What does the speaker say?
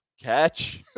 catch